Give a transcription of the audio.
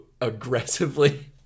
aggressively